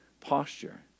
posture